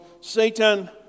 Satan